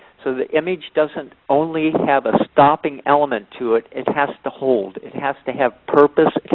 so the image doesn't only have a stopping element to it, it has to hold. it has to have purpose,